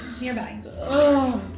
nearby